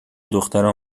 دخترها